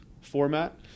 format